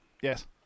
Yes